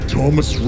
Thomas